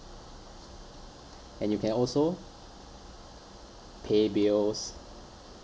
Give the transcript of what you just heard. and you can also pay bills